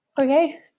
Okay